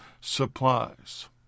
supplies